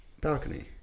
balcony